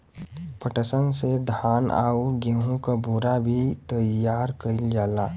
पटसन से धान आउर गेहू क बोरा भी तइयार कइल जाला